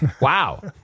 Wow